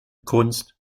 kunst